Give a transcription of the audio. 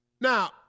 Now